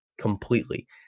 completely